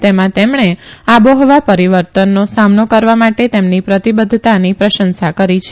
જેમાં તેમણે આબોહવા પરીવર્તનનો સામનો કરવા માટે તેમની પ્રતીબંઘતાને પ્રશંસા કરી છે